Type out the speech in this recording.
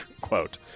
quote